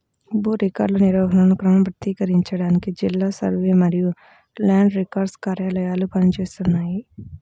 భూ రికార్డుల నిర్వహణను క్రమబద్ధీకరించడానికి జిల్లా సర్వే మరియు ల్యాండ్ రికార్డ్స్ కార్యాలయాలు పని చేస్తున్నాయి